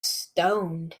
stoned